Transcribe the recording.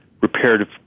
reparative